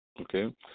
Okay